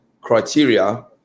criteria